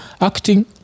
acting